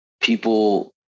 people